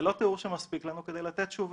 זה לא תיאור שמספיק לנו כדי לתת תשובה.